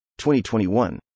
2021